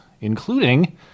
including